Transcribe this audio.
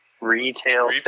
Retail